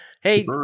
Hey